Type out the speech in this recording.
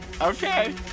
Okay